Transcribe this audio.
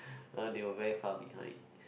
uh they were very far behind